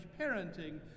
parenting